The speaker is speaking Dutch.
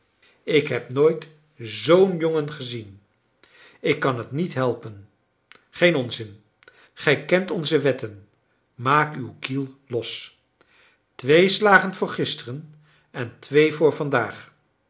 ik heb nooit zoo'n jongen gezien ik kan het niet helpen geen onzin gij kent onze wetten maak uw kiel los twee slagen voor gisteren en twee voor vandaag